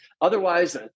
otherwise